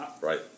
Right